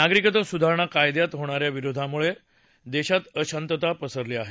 नागरिकत्व सुधारणा कायद्याला होणाऱ्या विरोधामुळे देशात अशांतता पसरली आहे